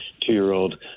two-year-old